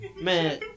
man